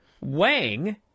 Wang